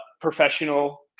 professional